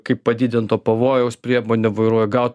kaip padidinto pavojaus priemonę vairuoja gal